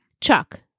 Chuck